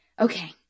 Okay